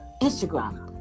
Instagram